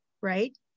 right